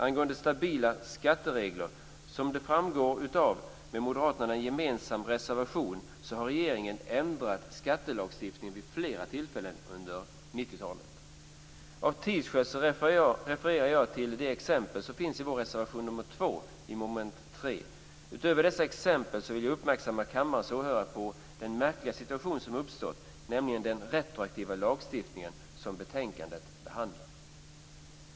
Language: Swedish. Angående stabila skatteregler framgår det av en med moderaterna gemensam reservation att regeringen har ändrat skattelagstiftningen vid flera tillfällen under 90-talet. Av tidsskäl refererar jag till de exempel som finns i vår reservation nr 2 under mom. 3. Utöver dessa exempel vill jag uppmärksamma kammarens åhörare på det märkliga som har uppstått, nämligen den retroaktiva lagstiftningen som betänkandet behandlar.